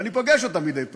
ואני פוגש אותם מדי פעם.